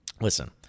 Listen